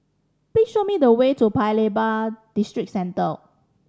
please show me the way to Paya Lebar Districentre